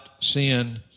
sin